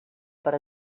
per